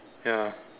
ya